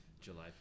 July